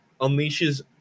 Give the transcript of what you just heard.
Unleashes